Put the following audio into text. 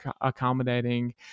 accommodating